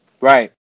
Right